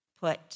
put